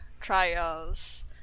trials